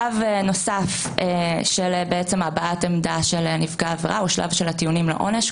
שלב נוסף של הבעת עמדה של נפגע עבירה הוא שלב של הטיעונים לעונש.